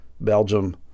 Belgium